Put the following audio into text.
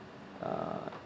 uh